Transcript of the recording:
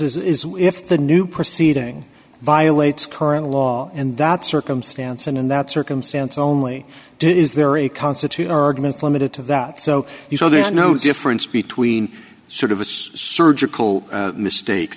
is if the new proceeding violates current law and that circumstance and in that circumstance only to is there a constitution arguments limited to that so you know there's no difference between sort of a surgical mistake